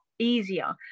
Easier